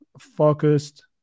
focused